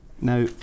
Now